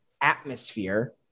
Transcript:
atmosphere